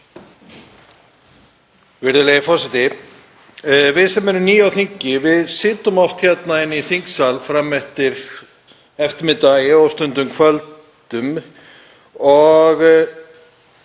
Við sem erum ný á þingi sitjum oft hérna inni í þingsal fram eftir eftirmiðdegi og stundum kvöldi.